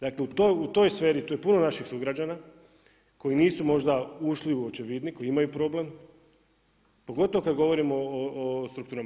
Dakle u toj sferi, to je puno naših sugrađana koji nisu možda ušli u očevidnik, koji imaju problem pogotovo kada govorimo o strukturama.